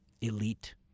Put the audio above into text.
elite